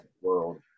World